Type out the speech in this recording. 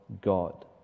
God